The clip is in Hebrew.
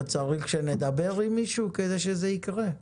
אתה צריך שנדבר עם מישהו כדי שזה יקרה,